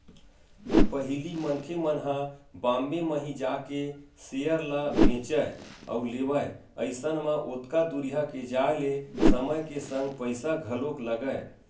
पहिली मनखे मन ह बॉम्बे म ही जाके सेयर ल बेंचय अउ लेवय अइसन म ओतका दूरिहा के जाय ले समय के संग पइसा घलोक लगय